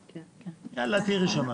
הבנת את הנוסחה